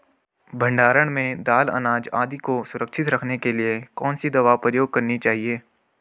भण्डारण में दाल अनाज आदि को सुरक्षित रखने के लिए कौन सी दवा प्रयोग करनी चाहिए?